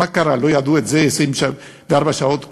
מה קרה, לא ידעו את זה 24 שעות קודם?